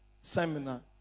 seminar